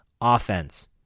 offense